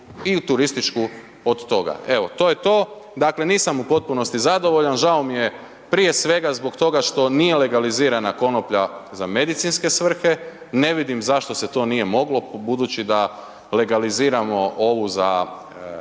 u turističku od toga. Evo, to je to, dakle, nisam u potpunosti zadovoljan, žao mi je prije svega zbog toga što nije legalizirana konoplja za medicinske svrhe, ne vidim zašto se to nije moglo budući da legaliziramo ovu za